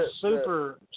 super